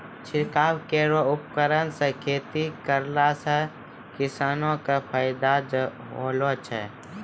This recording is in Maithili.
छिड़काव केरो उपकरण सँ खेती करला सें किसानो क बहुत फायदा होलो छै